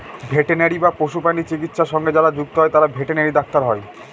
veterinary বা পশুপ্রাণী চিকিৎসা সঙ্গে যারা যুক্ত হয় তারা ভেটেনারি ডাক্তার হয়